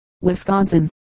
Wisconsin